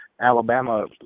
Alabama